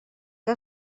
que